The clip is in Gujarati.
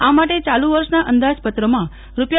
આ માટે ચાલુ વર્ષના અંદાજપત્રમાં રૂા